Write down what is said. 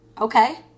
Okay